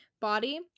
body